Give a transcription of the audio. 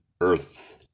Earths